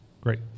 Great